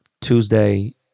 Tuesday